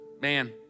man